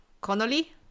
Connolly